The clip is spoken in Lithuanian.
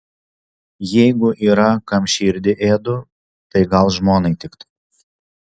jeigu yra kam širdį ėdu tai gal žmonai tiktai